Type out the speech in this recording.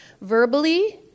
verbally